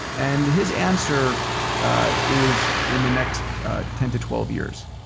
and his answer is in the next ten to twelve years,